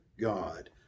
God